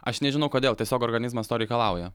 aš nežinau kodėl tiesiog organizmas to reikalauja